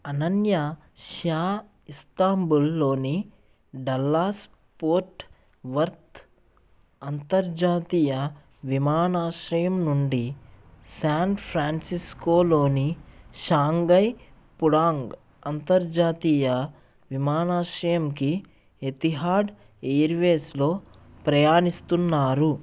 అనన్య షా ఇస్తాంబుల్లోని Dallas Fort Worth అంతర్జాతీయ విమానాశ్రయం నుండి శాన్ ఫ్రాన్సిస్కోలోని షాంఘై పుడాంగ్ అంతర్జాతీయ విమానాశ్రయంకి ఎతిహాడ్ ఎయిర్వేస్లో ప్రయాణిస్తున్నారు